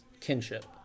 kinship